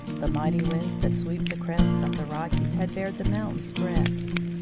the mighty winds that sweep the crests of the rockies had bared the mountains' breasts.